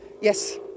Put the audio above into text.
Yes